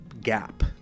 gap